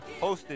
Hosted